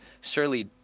surely